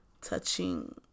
touching